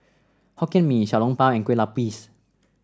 Hokkien Mee Xiao Long Bao and Kueh Lupis